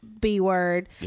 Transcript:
B-word